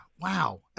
Wow